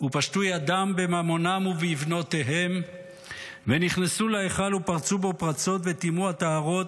ופשטו ידם בממונם ובבנותיהם ונכנסו להיכל ופרצו בו פרצות וטימאו הטהרות,